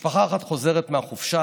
משפחה אחת חוזרת מהחופשה